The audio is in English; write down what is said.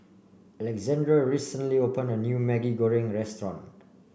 Alexandra recently opened a new Maggi Goreng restaurant